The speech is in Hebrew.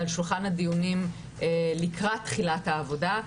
ועל שולחן הדיונים לקראת תחילת העבודה,